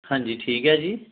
ਹਾਂਜੀ ਠੀਕ ਹੈ ਜੀ